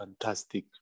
fantastic